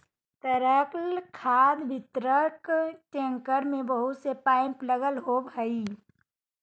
तरल खाद वितरक टेंकर में बहुत से पाइप लगल होवऽ हई